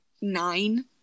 nine